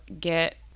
get